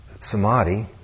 samadhi